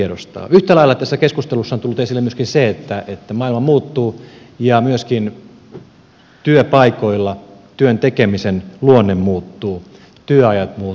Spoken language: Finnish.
yhtä lailla tässä keskustelussa on tullut esille myöskin se että maailma muuttuu ja myöskin työpaikoilla työn tekemisen luonne muuttuu työajat muuttuvat